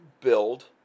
build